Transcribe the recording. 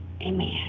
Amen